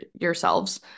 yourselves